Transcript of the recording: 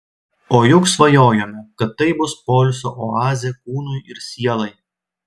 o juk svajojome kad tai bus poilsio oazė kūnui ir sielai